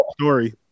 story